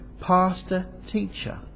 pastor-teacher